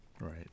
Right